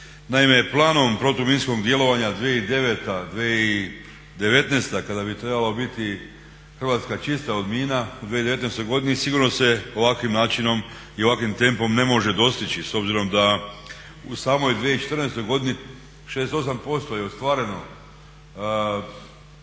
Naime, planom protuminskog djelovanja 2009./2019. kada bi trebala biti Hrvatska čista od mina u 2019. godini sigurno se ovakvim načinom i ovakvim tempom ne može dostići s obzirom da u samoj 2014. godini 68% je ostvareno